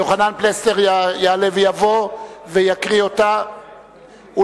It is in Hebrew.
יוחנן פלסנר יעלה ויבוא ויקריא את ההודעה.